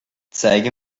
zeige